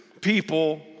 people